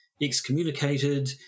excommunicated